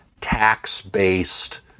tax-based